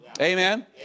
Amen